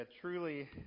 truly